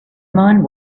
mind